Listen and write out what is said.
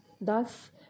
Thus